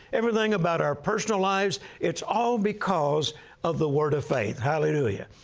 everything about our personal lives, it's all because of the word of faith, hallelujah.